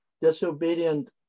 disobedient